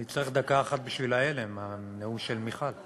אני אצטרך דקה אחת בשביל ההלם מהנאום של מיכל.